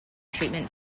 treatment